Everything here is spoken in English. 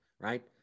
right